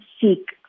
seek